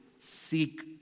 seek